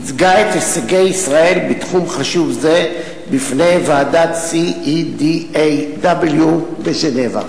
ייצגה את הישגי ישראל בתחום חשוב זה בפני ועדת CEDAW בז'נבה.